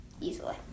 easily